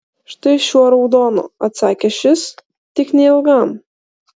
štai šiuo raudonu atsakė šis tik neilgam